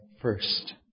first